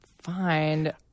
find